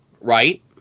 right